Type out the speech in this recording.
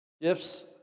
gifts